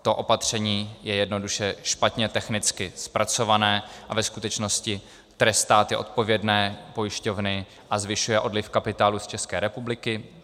To opatření je jednoduše špatně technicky zpracované a ve skutečnosti trestá ty odpovědné pojišťovny a zvyšuje odliv kapitálu z České republiky.